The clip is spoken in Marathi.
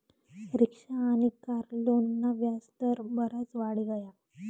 रिक्शा आनी कार लोनना व्याज दर बराज वाढी गया